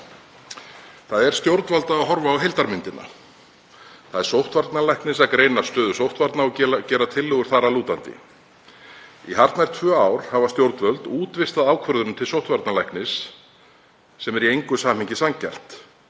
Það er stjórnvalda að horfa á heildarmyndina. Það er sóttvarnalæknis að greina stöðu sóttvarna og gera tillögur þar að lútandi. Í hartnær tvö ár hafa stjórnvöld útvistað ákvörðunum til sóttvarnalæknis sem er í engu samhengi sanngjarnt,